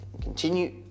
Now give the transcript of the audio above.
Continue